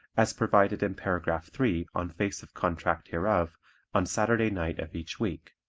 as provided in paragraph three on face of contract hereof on saturday night of each week.